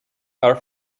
are